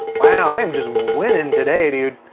wow. i am just winning today, dude.